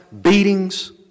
beatings